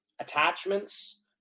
attachments